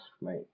mate